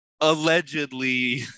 allegedly